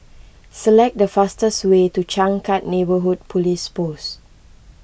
select the fastest way to Changkat Neighbourhood Police Post